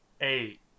Eight